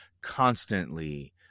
constantly